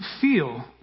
feel